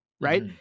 right